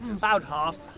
about half.